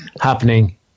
happening